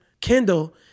Kendall